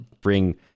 bring